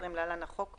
התש"ף-2020 (להלן החוק),